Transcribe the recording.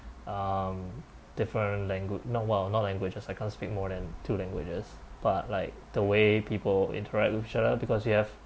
um different langu~ not !wow! not languages I can't speak more than two languages but like the way people interact with each other because you have